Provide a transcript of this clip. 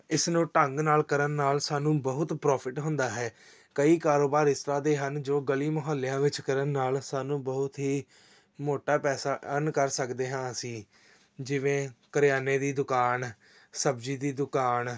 ਇਸ ਨੂੰ ਢੰਗ ਨਾਲ ਕਰਨ ਨਾਲ ਸਾਨੂੰ ਬਹੁਤ ਪ੍ਰੋਫਿਟ ਹੁੰਦਾ ਹੈ ਕਈ ਕਾਰੋਬਾਰ ਇਸ ਤਰ੍ਹਾਂ ਦੇ ਹਨ ਜੋ ਗਲੀ ਮੁਹੱਲਿਆਂ ਵਿੱਚ ਕਰਨ ਨਾਲ ਸਾਨੂੰ ਬਹੁਤ ਹੀ ਮੋਟਾ ਪੈਸਾ ਅਰਨ ਕਰ ਸਕਦੇ ਹਾਂ ਅਸੀਂ ਜਿਵੇਂ ਕਰਿਆਨੇ ਦੀ ਦੁਕਾਨ ਸਬਜ਼ੀ ਦੀ ਦੁਕਾਨ